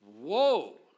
Whoa